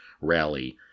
rally